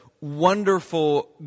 wonderful